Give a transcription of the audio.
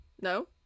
No